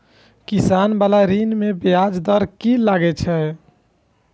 किसान बाला ऋण में ब्याज दर कि लागै छै?